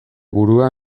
burua